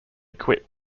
quit